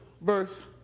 verse